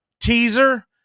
teaser